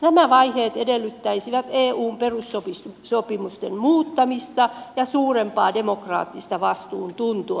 nämä vaiheet edellyttäisivät eun perussopimusten muuttamista ja suurempaa demokraattista vastuuntuntoa